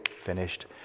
finished